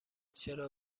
چرا